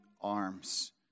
arms